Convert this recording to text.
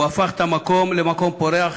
והוא הפך את המקום למקום פורח,